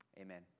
Amen